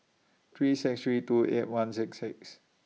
three six three two eight one six six